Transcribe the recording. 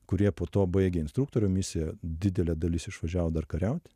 kurie po to baigė instruktorių misiją didelė dalis išvažiavo dar kariaut